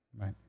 Right